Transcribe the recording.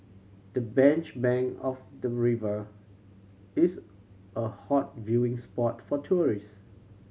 the bench bank of the river is a hot viewing spot for tourists